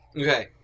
Okay